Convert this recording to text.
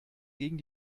gegen